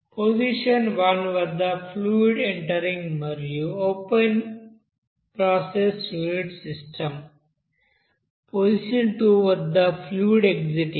position 1 వద్ద fluid entering మరియు open process unit system position 2 వద్ద ఫ్లూయిడ్ ఏక్సిటింగ్